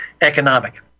economic